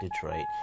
detroit